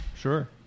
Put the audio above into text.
Sure